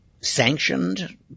sanctioned